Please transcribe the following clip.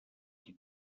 qui